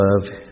love